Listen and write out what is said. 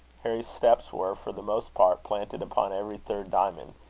harry's steps were, for the most part, planted upon every third diamond,